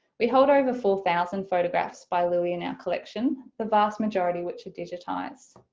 we hold over four thousand photographs by louis in our collection, the vast majority which are digitized.